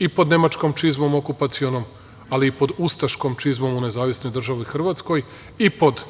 I pod nemačkom čizmom, okupaciono, ali i pod ustaškom čizmom u nezavisnoj državi Hrvatskoj, i pod